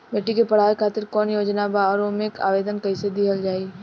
बेटी के पढ़ावें खातिर कौन योजना बा और ओ मे आवेदन कैसे दिहल जायी?